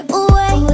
away